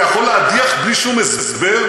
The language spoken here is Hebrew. אתה יכול להדיח בלי שום הסבר.